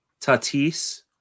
Tatis